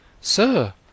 Sir